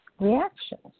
reactions